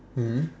mm